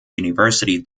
university